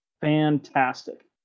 Fantastic